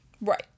Right